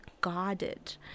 guarded